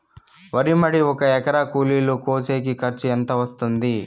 వరి మడి ఒక ఎకరా కూలీలు కోసేకి ఖర్చు ఎంత వస్తుంది?